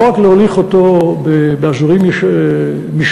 לא רק להוליך אותם באזורים מישוריים,